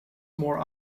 more